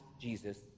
Jesus